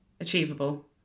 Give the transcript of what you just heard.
achievable